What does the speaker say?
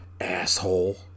Asshole